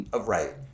Right